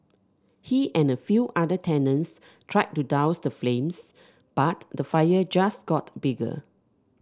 he and a few other tenants tried to douse the flames but the fire just got bigger